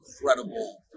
incredible